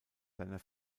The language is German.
seiner